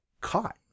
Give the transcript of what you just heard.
caught